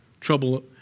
trouble